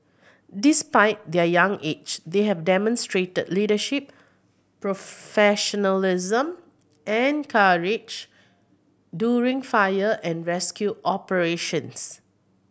despite their young age they have demonstrated leadership professionalism and courage during fire and rescue operations